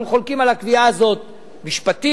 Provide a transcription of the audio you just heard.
אנחנו חולקים על הקביעה הזאת משפטית,